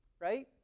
right